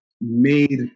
made